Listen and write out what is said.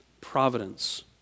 Providence